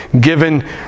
given